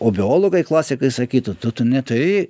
o biologai klasikai sakytų tu tu neturi